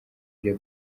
bya